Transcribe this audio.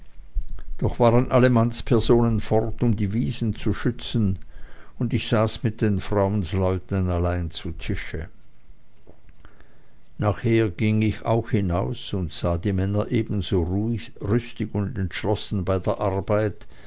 doch waren alle mannspersonen fort um die wiesen zu schützen und ich saß mit den frauensleuten allein zu tische nachher ging ich auch hinaus und sah die männer ebenso rüstig und entschlossen bei der arbeit